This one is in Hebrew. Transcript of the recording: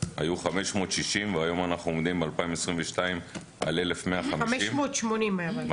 היו 560 והיום אנחנו ב-2022 עומדים על 1,150. 580 היו ב-2018.